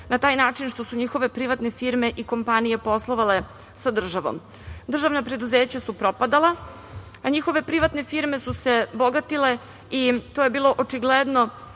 na taj način što su njihove privatne firme i kompanije poslovale sa državom. Državna preduzeća su propadala, a njihove privatne firme su se bogatile i to je bilo očigledno,